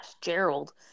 Gerald